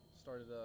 started